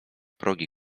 progi